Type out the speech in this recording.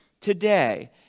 today